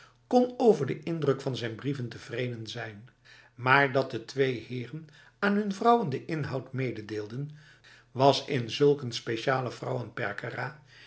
kon over de indruk van zijn brieven tevreden zijn maar dat de twee heren aan hun vrouwen de inhoud meedeelden was in zulk een speciale